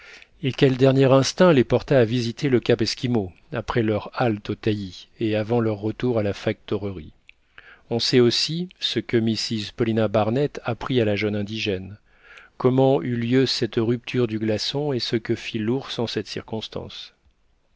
et quel dernier instinct les porta à visiter le cap esquimau après leur halte au taillis et avant leur retour à la factorerie on sait aussi ce que mrs paulina barnett apprit à la jeune indigène comment eut lieu cette rupture du glaçon et ce que fit l'ours en cette circonstance